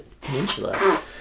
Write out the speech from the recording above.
Peninsula